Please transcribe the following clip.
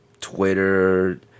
Twitter